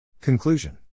Conclusion